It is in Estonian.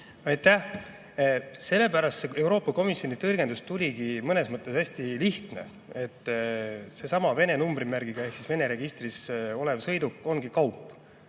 Aitäh! See Euroopa Komisjoni tõlgendus ongi mõnes mõttes hästi lihtne: seesama Vene numbrimärgiga ehk siis Venemaa registris olev sõiduk on kaup.